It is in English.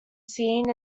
seen